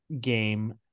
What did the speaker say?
game